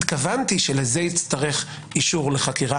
התכוונתי שלזה יצטרך אישור לחקירה